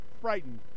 frightened